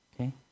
okay